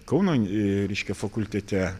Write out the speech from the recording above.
kauno ee reiškia fakultete